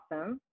awesome